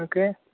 okay